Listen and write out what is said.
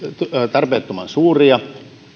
tarpeettoman suuria